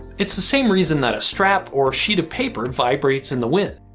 it's the same reason that a strap or sheet of paper vibrates in the wind.